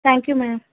thank you ma'am